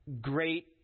great